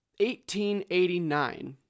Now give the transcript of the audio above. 1889